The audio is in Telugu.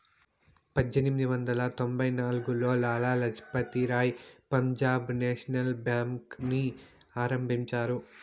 పజ్జేనిమిది వందల తొంభై నాల్గులో లాల లజపతి రాయ్ పంజాబ్ నేషనల్ బేంకుని ఆరంభించారు